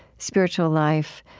spiritual life.